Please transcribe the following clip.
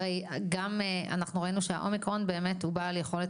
אנחנו ראינו שהאומיקרון באמת הוא בעל יכולת